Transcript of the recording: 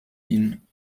ihn